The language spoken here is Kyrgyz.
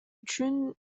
үчүн